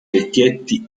vecchietti